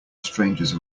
strangers